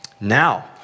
Now